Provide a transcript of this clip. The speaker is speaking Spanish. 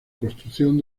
construcción